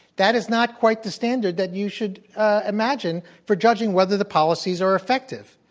that is not quite the standard that you should imagine, for judging whether the policies are effective.